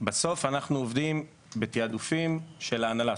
בסוף אנחנו עובדים בתיעדופים של ההנהלה.